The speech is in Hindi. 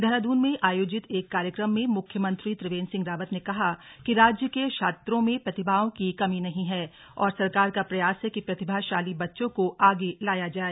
देहरादून में आयोजित एक कार्यक्रम में मुख्यमंत्री त्रिवेन्द्र सिंह रावत ने कहा कि राज्य के छात्रों में प्रतिभाओं की कमी नही हैं और सरकार का प्रयास है कि प्रतिभाशाली बच्चों को आगे लाया जाए